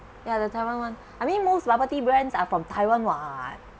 ya the taiwan one I mean most bubble tea brands are from taiwan [what]